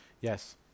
Yes